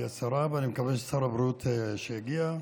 אני מקווה ששר הבריאות יגיע,